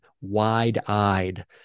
wide-eyed